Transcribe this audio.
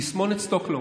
תסמונת שטוקהולם.